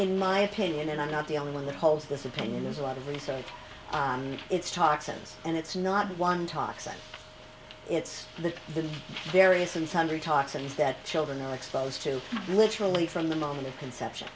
in my opinion and i'm not the only one that holds this opinion there's a lot of research on it's toxins and it's not one toxin it's the the various and sundry toxins that children are exposed to literally from the moment of conception